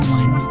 one